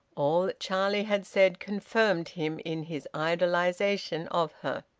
all that charlie had said confirmed him in his idolisation of her.